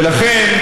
ולכן,